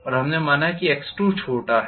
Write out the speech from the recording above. और हमने माना कि x2छोटा है